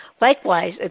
Likewise